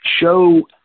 show